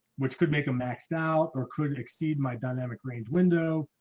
which could make a maxed out or could exceed my dynamic range window?